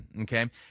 okay